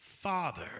father